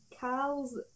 Carl's